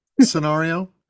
scenario